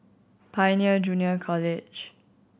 Pioneer Junior College